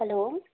hello